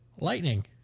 Lightning